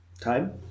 Time